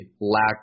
lack